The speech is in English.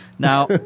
Now